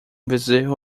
bezerro